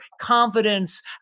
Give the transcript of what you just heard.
confidence